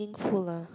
full lah